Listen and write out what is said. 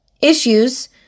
issues